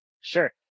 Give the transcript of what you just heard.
Sure